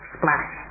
splash